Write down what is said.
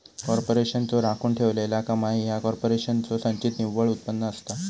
कॉर्पोरेशनचो राखून ठेवलेला कमाई ह्या कॉर्पोरेशनचो संचित निव्वळ उत्पन्न असता